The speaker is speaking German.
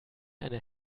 eine